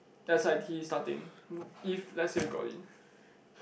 s_i_t starting if let's say you got in